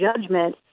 judgment